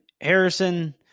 Harrison